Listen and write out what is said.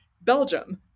Belgium